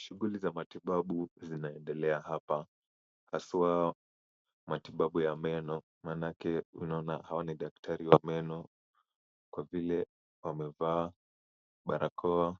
Shughuli za matibabu zinaendelea hapa haswa matibabu ya meno maanake tunaona hawa ni daktari wa meno kwa vile wamevaa barakoa